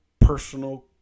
personal